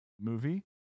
movie